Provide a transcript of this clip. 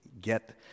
get